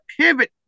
pivot